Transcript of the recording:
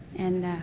and, ah.